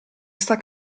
sta